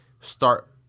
start